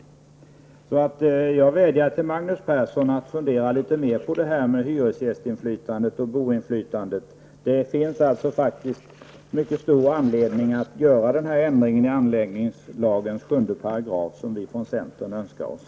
Jag vädjar därför till Magnus Persson att fundera litet mer på hyresgästinflytandet och boinflytandet. Det finns faktiskt mycket goda skäl att företa den ändring i anläggningslagens 7 § som vi från centern önskar oss.